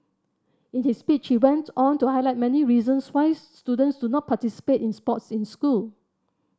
in his speech he went on to highlight many reasons why students do not participate in sports in school